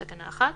התש"ף 2020 (תקנה 1)